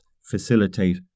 facilitate